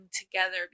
together